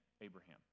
Abraham